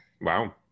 Wow